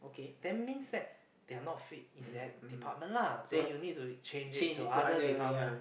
then means that they are not fit in that department lah then you need to change it to other department